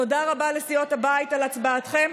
תודה רבה לסיעות הבית על הצבעתכם.